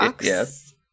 Yes